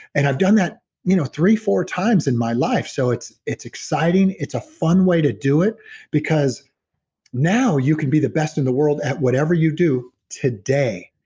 and i've done that you know three, four times in my life. so it's it's exciting. it's a fun way to do it because now you can be the best in the world at whatever you do today.